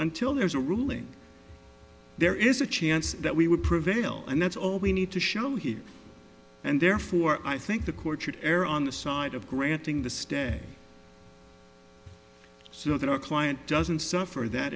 until there is a ruling there is a chance that we would prevail and that's all we need to show here and therefore i think the court should err on the side of granting the stay so that our client doesn't suffer that